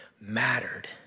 mattered